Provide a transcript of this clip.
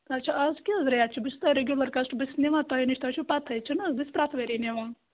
اچھا آز کیٛاہ حظ ریٹ چھِ بہٕ چھَس تۄہہِ رِگیوٗلَر کَسٹَمَر بہٕ چھَس نِوان تۄہہِ نِش تۄہہِ چھو پَتہٕ ۂے چھنہٕ حظ بہٕ چھَس پرٛٮ۪تھ ؤری نِوان